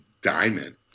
diamond